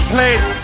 Please